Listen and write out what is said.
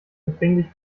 empfänglich